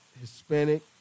Hispanic